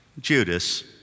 Judas